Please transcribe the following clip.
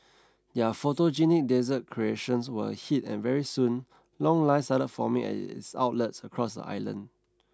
their photogenic dessert creations were a hit and very soon long lines started forming at its outlets across the island